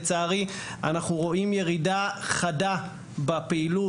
לצערי, אנחנו רואים ירידה חדה בפעילות.